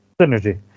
Synergy